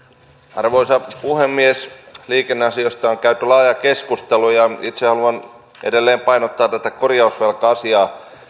arvoisa puhemies liikenneasioista on käyty laaja keskustelu ja itse haluan edelleen painottaa tätä korjausvelka asiaa